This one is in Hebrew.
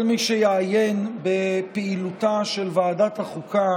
כל מי שיעיין בפעילותה של ועדת החוקה